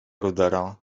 rudera